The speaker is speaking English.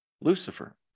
Lucifer